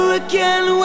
again